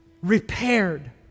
repaired